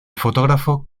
fotógrafo